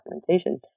documentation